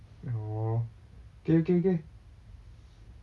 oh okay okay okay